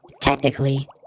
Technically